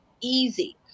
easy